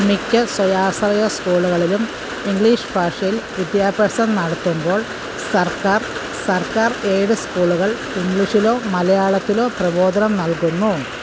മിക്ക സ്വയാശ്രയ സ്കൂളുകളിലും ഇംഗ്ലീഷ് ഭാഷയില് വിദ്യാഭ്യാസം നടത്തുമ്പോള് സർക്കാർ സർക്കാർ എയ്ഡ് സ്കൂളുകൾ ഇംഗ്ലീഷിലോ മലയാളത്തിലോ പ്രബോധനം നൽകുന്നു